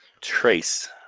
Trace